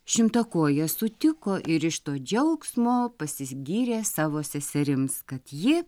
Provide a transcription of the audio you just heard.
šimtakojė sutiko ir iš to džiaugsmo pasisgyrė savo seserims kad ji